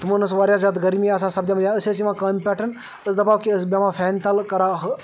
تِمَن ٲس واریاہ زیادٕ گرمی آسان سپدیمٕژ یا أسۍ یِوان کامہِ پٮ۪ٹھ أسۍ دَپہو کہِ أسۍ بیٚہماو فینہٕ تَلہٕ کَرٕ ہاو